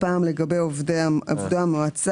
הפעם לגבי עובדי המועצה.